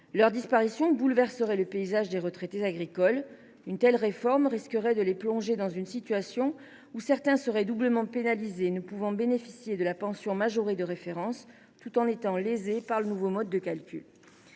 Leur disparition bouleverserait le paysage des retraités agricoles. Une telle réforme risquerait de les plonger dans une situation où certains seraient doublement pénalisés, puisqu’ils ne pourraient pas bénéficier de la pension majorée de référence, tout en étant lésés par le nouveau mode de calcul.